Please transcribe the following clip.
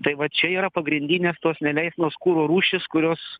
tai va čia yra pagrindinės tos neleistinos kuro rūšys kurios